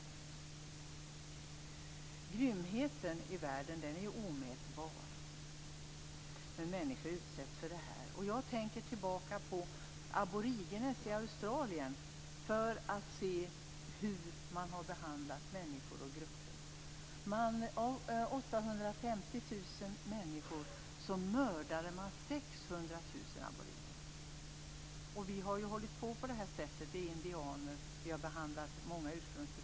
Grymheten i världen är omätbar, men människor utsätts för den. Jag tänker tillbaka på aboriginer i Australien när jag vill se hur man har behandlat människor och grupper. Av 850 000 aboriginer mördade man 600 000. Vi har hållit på på det sättet. Vi har behandlat många ursprungsbefolkningar dåligt. Det är indianer.